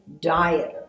dieter